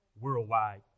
worldwide